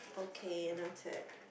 okay no turn